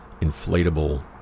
inflatable